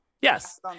Yes